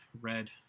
Red